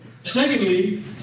Secondly